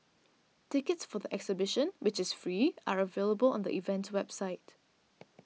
tickets for the exhibition which is free are available on the event's website